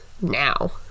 now